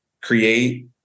create